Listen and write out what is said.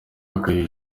akayiha